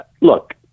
Look